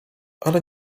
ale